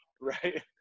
right